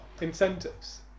Incentives